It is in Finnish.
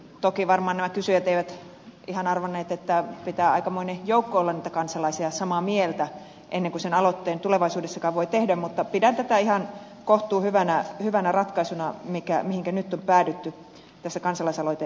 toki varmaan nämä kysyjät eivät ihan arvanneet että pitää aikamoinen joukko olla niitä kansalaisia samaa mieltä ennen kuin sen aloitteen tulevaisuudessakaan voi tehdä mutta pidän tätä ihan kohtuuhyvänä ratkaisuna mihinkä nyt on päädytty tässä kansalaisaloiteasiassa